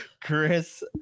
chris